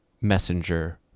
Messenger